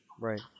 Right